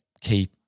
key